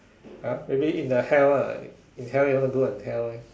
!huh! maybe in the hell ah in hell you want to go to hell leh